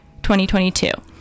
2022